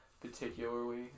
particularly